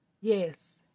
Yes